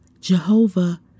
Jehovah